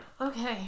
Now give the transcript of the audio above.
Okay